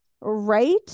right